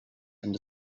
and